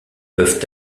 peuvent